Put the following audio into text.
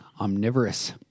Omnivorous